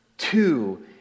Two